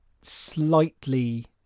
slightly